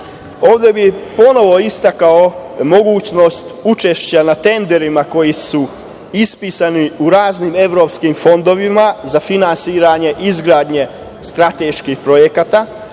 Ovde bih ponovo istakao mogućnost učešća na tenderima koji su ispisani u raznim evropskim fondovima za finansiranje izgradnje strateških projekata,